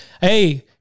hey